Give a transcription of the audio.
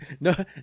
No